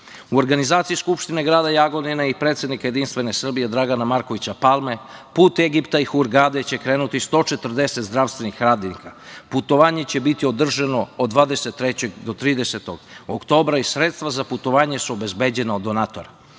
U organizaciji Skupštine grada Jagodine i predsednika JS Dragana Markovića Palme put Egipta i Hurgade će krenuti 140 zdravstvenih radnika. Putovanje će biti održano od 23. do 30. oktobra. Sredstva za putovanje su obezbeđena od donatora.